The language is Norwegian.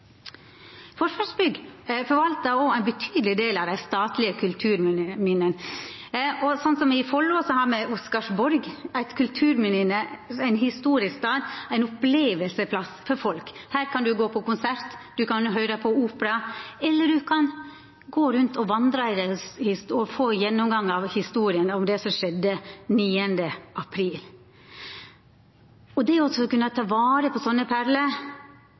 Forsvarsbygg forvaltar òg ein betydeleg del av dei statlege kulturminna. I Follo har me Oscarsborg, eit kulturminne, ein historisk stad, ein opplevingsplass for folk. Her kan ein gå på konsert, ein kan høyra på opera, eller ein kan gå rundt og vandra og få ein gjennomgang av historia om det som skjedde 9. april. Det å kunna ta vare på sånne perler,